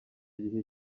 igihe